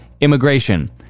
immigration